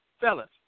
Fellas